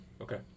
Okay